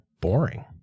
boring